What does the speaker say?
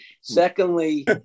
secondly